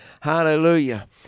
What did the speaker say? hallelujah